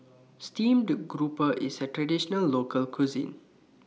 Steamed Grouper IS A Traditional Local Cuisine